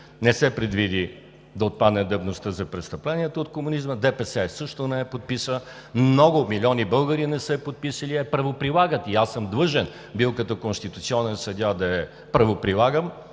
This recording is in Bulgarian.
Не се предвиди да отпадне давността за престъпленията от комунизма. ДПС също не я подписа, много, милиони българи не са я подписали, а я правоприлагат. И аз съм бил длъжен като конституционен съдия да я правоприлагам